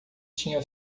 tinha